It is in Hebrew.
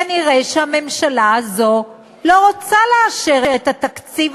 כנראה הממשלה הזו לא רוצה לאשר את התקציב